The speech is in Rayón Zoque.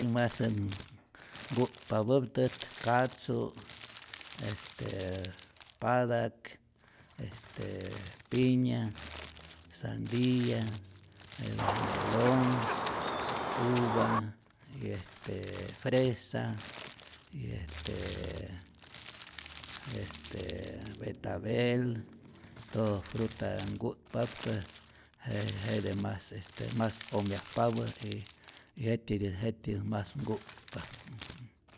Masänät nku'tpapäptät katzu', este patak, este piña, sandiya, jetej melon, uva y este fresa y est estee betabel, todo fruta nku'tpaptät je jete mas este mas omyajpapä y jet'tyitä kjet'tyität mas nku'tpa.